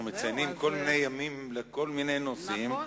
אנחנו מציינים כל מיני ימים בכל מיני נושאים,